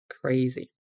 Crazy